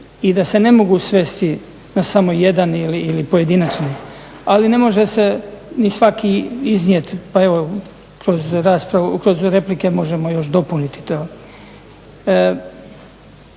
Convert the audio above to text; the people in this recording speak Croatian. i da se ne mogu svesti na samo jedan ili pojedinačni, ali ne može se ni svaki iznijet pa evo kroz replike možemo još dopuniti to.